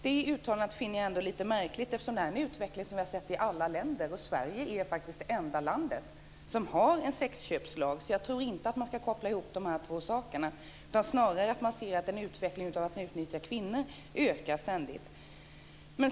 Det uttalandet finner jag lite märkligt, eftersom det här är en utveckling som vi har sett i alla länder. Sverige är faktiskt det enda landet som har en sexköpslag. Därför tror jag inte att man ska koppla ihop de här två sakerna. Snarare bör man se att utnyttjandet av kvinnor ökar ständigt.